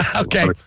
okay